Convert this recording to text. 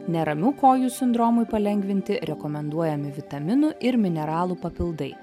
neramių kojų sindromui palengvinti rekomenduojami vitaminų ir mineralų papildai